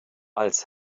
als